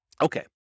Okay